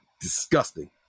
disgusting